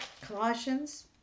Colossians